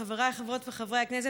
חבריי חברות וחברי הכנסת,